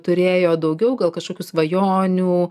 turėjo daugiau gal kažkokių svajonių